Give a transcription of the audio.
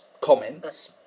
comments